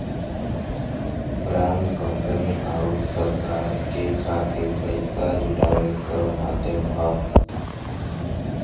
bond company आउर सरकार के खातिर पइसा जुटावे क माध्यम हौ